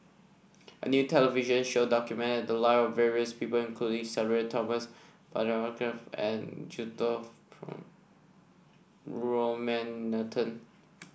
a new television show documented the live of various people including Sudhir Thomas Vadaketh and Juthika Ramanathan